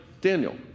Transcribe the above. Daniel